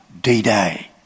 D-Day